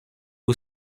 who